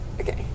Okay